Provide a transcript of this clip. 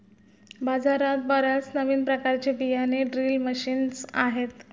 बाजारात बर्याच नवीन प्रकारचे बियाणे ड्रिल मशीन्स आहेत